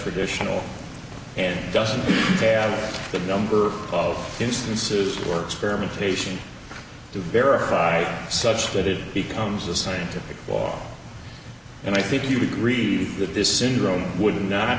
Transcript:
traditionally and doesn't have the number of instances or experimentation to verify such that it becomes a scientific wall and i think you'd agree that this syndrome would not